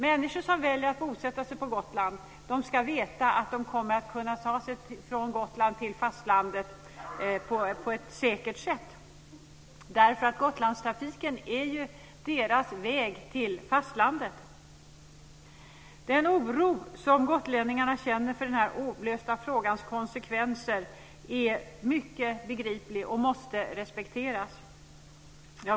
Människor som väljer att bosätta sig på Gotland ska veta att de kommer att kunna ta sig från Gotland till fastlandet på ett säkert sätt. Gotlandstrafiken är deras väg till fastlandet. Den oro som gotlänningarna känner för den olösta frågans konsekvenser är mycket begriplig och måste respekteras.